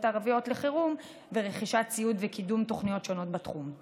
הערביות לחירום ורכישת ציוד וקידום תוכניות שונות בתחום.